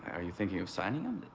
are you thinking of signing him?